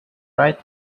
right